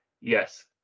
yes